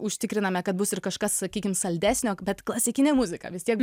užtikriname kad bus ir kažkas sakykim saldesnio bet klasikinė muzika vis tiek